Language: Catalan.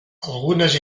algunes